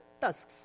tusks